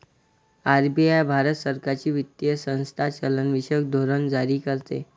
RBI भारत सरकारची वित्तीय संस्था चलनविषयक धोरण जारी करते